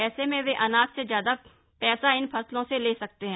ऐसे में वे अनाज से ज्यादा पैसा इन फसलों से ले सकते हैं